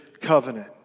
covenant